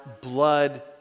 blood